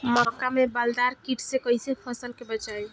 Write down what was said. मक्का में बालदार कीट से कईसे फसल के बचाई?